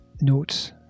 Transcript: Notes